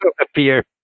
appear